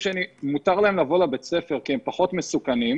מותר לילדים האלה להגיע לבית הספר כי הם פחות מסוכנים.